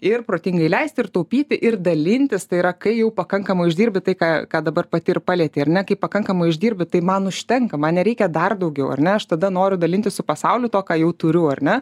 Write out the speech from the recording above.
ir protingai leisti ir taupyti ir dalintis tai yra kai jau pakankamai uždirbi tai ką ką dabar pati ir palietei ar ne kaip pakankamai uždirbi tai man užtenka man nereikia dar daugiau ar ne aš tada noriu dalintis su pasauliu tuo ką jau turiu ar ne